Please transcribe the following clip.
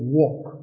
walk